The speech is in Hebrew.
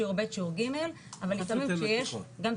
שיעור ב שיעור ג אבל לפעמים גם יש את